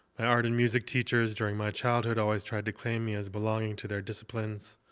my art in music teachers during my childhood always tried to claim me as belonging to their disciplines.